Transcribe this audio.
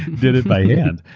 did it by hand.